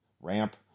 ramp